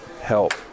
help